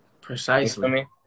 Precisely